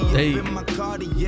Hey